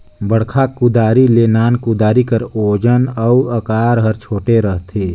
बड़खा कुदारी ले नान कुदारी कर ओजन अउ अकार हर छोटे रहथे